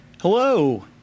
Hello